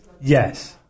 yes